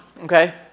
okay